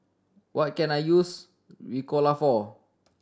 what can I use Ricola for